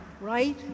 right